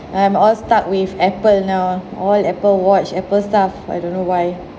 I'm all stuck with Apple now all Apple watch Apple stuff I don't know why